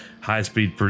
high-speed